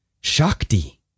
Shakti